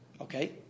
okay